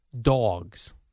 Dogs